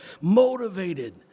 motivated